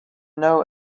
know